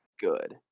good